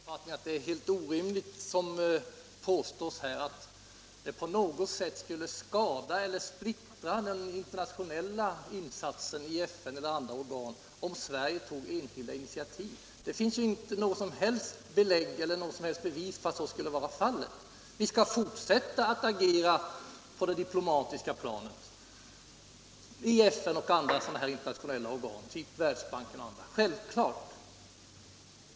Herr talman! Jag vidhåller att det är helt orimligt som påstås här, att det på något sätt skulle skada eller splittra den internationella insatsen i FN eller andra organ om Sverige tog enskilda initiativ. Det finns inte något som helst bevis för att så skulle vara fallet. Vi skall fortsätta att agera på det diplomatiska planet, i FN och andra internationella organ, av typ Världsbanken och andra, självfallet.